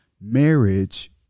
Marriage